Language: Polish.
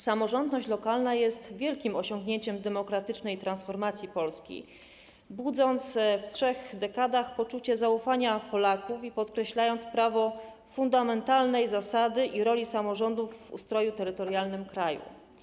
Samorządność lokalna jest wielkim osiągnięciem demokratycznej transformacji Polski, budząc przez trzy dekady poczucie zaufania Polaków i podkreślając fundamentalną zasadę i rolę samorządów w ustroju terytorialnym kraju.